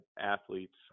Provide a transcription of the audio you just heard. athletes